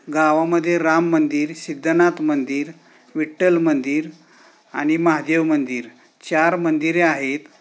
गावामध्ये राम मंदिर सिद्धनाथ मंदिर विट्ठल मंदिर आणि महादेव मंदिर चार मंदिरे आहेत